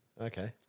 Okay